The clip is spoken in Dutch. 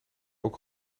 ook